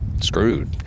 screwed